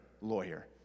lawyer